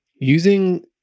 Using